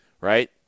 Right